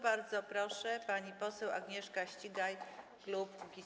Bardzo proszę, pani poseł Agnieszka Ścigaj, klub Kukiz’15.